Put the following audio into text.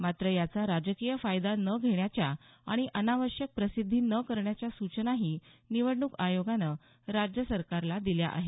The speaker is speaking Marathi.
मात्र याचा राजकीय फायदा न घेण्याच्या आणि अनावश्यक प्रसिद्धी न करण्याच्या सूचनाही निवडणूक आयोगानं राज्य सरकारला दिल्या आहेत